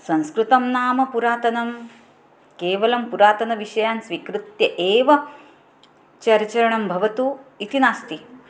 संस्कृतं नाम पुरातनं केवलं पुरातनविषयान् स्वीकृत्य एव चर्चा भवतु इति नास्ति